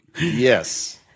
yes